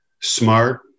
smart